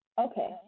Okay